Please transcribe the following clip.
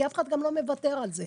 כי אף אחד גם לא מוותר על זה.